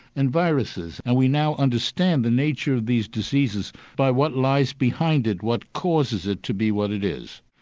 and viruses and we now understand the nature of these diseases by what lies behind it, what causes it to be what it is.